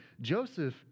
Joseph